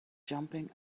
jumping